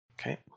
Okay